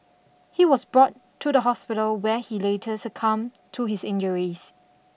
he was brought to the hospital where he later succumbed to his injuries